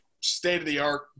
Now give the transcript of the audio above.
state-of-the-art